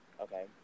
Okay